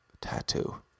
tattoo